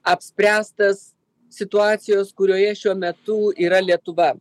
apspręstas situacijos kurioje šiuo metu yra lietuva